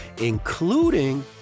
including